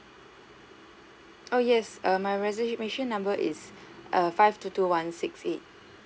oh yes err my reservation number is err five two two one six eight